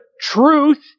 truth